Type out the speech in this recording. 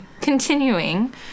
Continuing